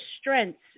strengths